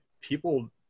people